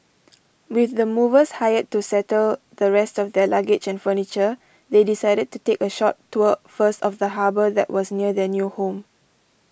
with the movers hired to settle the rest of their luggage and furniture they decided to take a short tour first of the harbour that was near their new home